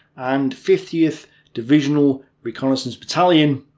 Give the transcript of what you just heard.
and fiftieth divisional reconnaissance battalion,